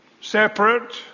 separate